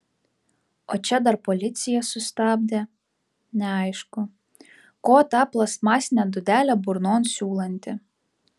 o čia dar policija sustabdė neaišku ko tą plastmasinę dūdelę burnon siūlanti